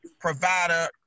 provider